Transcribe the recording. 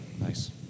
Nice